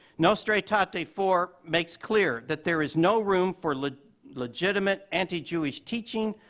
nostra aetate four makes clear that there is no room for like legitimate anti-jewish teaching,